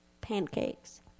pancakes